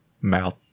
mouth